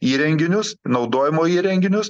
įrenginius naudojimo įrenginius